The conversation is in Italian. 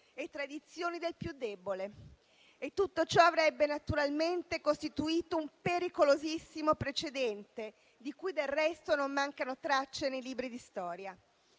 e tradizioni del più debole. E tutto ciò avrebbe naturalmente costituito un pericolosissimo precedente, di cui del resto non mancano tracce nei libri di storia.